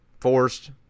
forced